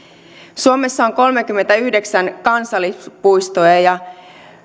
suomessa on kolmekymmentäyhdeksän kansallispuistoa ja